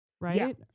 right